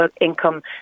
income